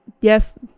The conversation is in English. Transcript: yes